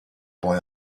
boy